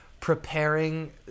preparing